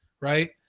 right